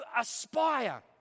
aspire